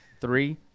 Three